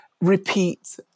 repeat